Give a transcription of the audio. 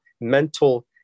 mental